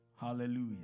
Hallelujah